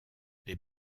les